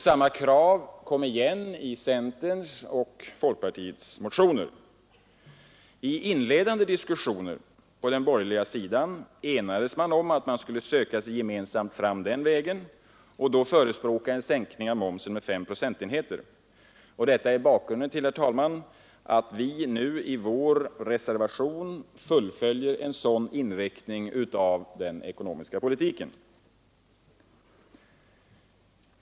Samma krav kom igen i centerns och folkpartiets motioner. I inledande diskussioner på den borgerliga sidan enades man om att man skulle söka sig gemensamt fram den vägen och då förespråka en sänkning av momsen med 5 procentenheter. Detta är bakgrunden, herr talman, till att vi nu i vår reservation fullföljer en sådan inriktning av den ekonomiska politiken.